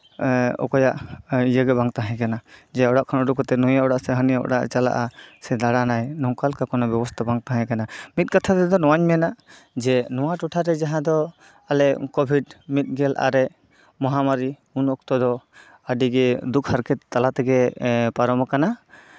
ᱮᱜ ᱚᱠᱚᱭᱟᱜ ᱤᱭᱟᱹ ᱜᱮᱵᱟᱝ ᱛᱟᱦᱮᱸ ᱠᱟᱱᱟ ᱡᱮ ᱚᱲᱟᱜ ᱠᱷᱚᱱ ᱩᱰᱩᱠ ᱠᱟᱛᱮᱜ ᱱᱩᱭᱟᱜ ᱚᱲᱟᱜᱨᱮ ᱥᱮ ᱦᱟᱱᱤᱭᱟᱜ ᱚᱲᱟᱜ ᱮ ᱪᱟᱞᱟᱜᱼᱟ ᱥᱮ ᱫᱟᱬᱟᱱᱟᱭ ᱱᱚᱝᱠᱟ ᱞᱮᱠᱟᱱᱟᱜ ᱵᱮᱵᱚᱥᱛᱷᱟ ᱵᱟᱝ ᱛᱟᱦᱮᱸ ᱠᱟᱱᱟ ᱢᱤᱫ ᱠᱟᱛᱷᱟ ᱛᱮᱫᱚ ᱱᱚᱣᱟᱧ ᱢᱮᱱᱟ ᱡᱮ ᱱᱚᱣᱟ ᱴᱚᱴᱷᱟᱨᱮ ᱡᱟᱦᱟᱸ ᱫᱚ ᱟᱞᱮ ᱠᱳᱵᱷᱤᱰ ᱢᱤᱫᱜᱮᱞ ᱟᱨᱮ ᱢᱚᱦᱟᱢᱟᱨᱤ ᱩᱱᱚᱠᱛᱚ ᱫᱚ ᱟᱹᱰᱤᱜᱮ ᱫᱩᱠ ᱦᱟᱨᱠᱮᱛ ᱛᱟᱞᱟ ᱛᱮᱜᱮ ᱯᱟᱨᱚᱢ ᱟᱠᱟᱱᱟ